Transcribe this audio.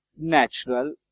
natural